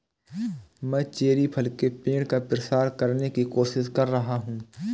मैं चेरी फल के पेड़ का प्रसार करने की कोशिश कर रहा हूं